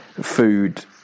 food